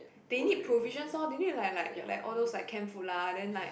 they need provisions lor they need like like like all those like canned food lah then like